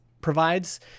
provides